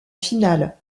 finale